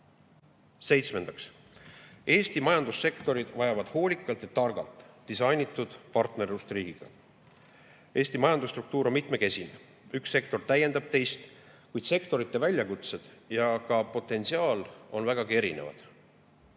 Eesti majandussektorid vajavad hoolikalt ja targalt disainitud partnerlust riigiga. Eesti majandusstruktuur on mitmekesine, üks sektor täiendab teist, kuid sektorite väljakutsed ja ka potentsiaal on vägagi erinevad.